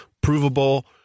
provable